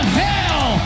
hell